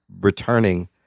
returning